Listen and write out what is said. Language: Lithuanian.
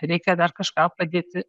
reikia dar kažką padėti